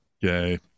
yay